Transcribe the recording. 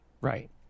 Right